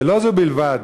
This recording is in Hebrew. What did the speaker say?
ולא זו בלבד